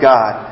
God